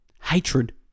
hatred